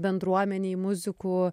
bendruomenei muzikų